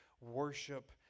worship